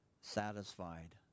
satisfied